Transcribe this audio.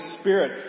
Spirit